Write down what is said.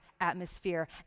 atmosphere